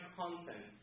content